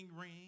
ring